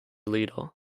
leader